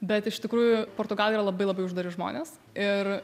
bet iš tikrųjų portugalai yra labai labai uždari žmonės ir